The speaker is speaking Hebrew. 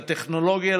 לטכנולוגיה,